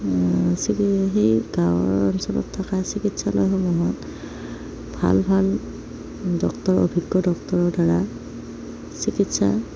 C সেই গাঁৱৰ অঞ্চলত থকা চিকিৎসালয়সমূহত ভাল ভাল ডক্তৰ অভিজ্ঞ ডক্তৰৰ দ্বাৰা চিকিৎসা